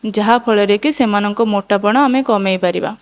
ଯାହାଫଳରେ କି ସେମାନଙ୍କ ମୋଟାପଣ ଆମେ କମାଇ ପାରିବା